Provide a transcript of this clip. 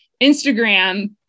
Instagram